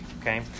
okay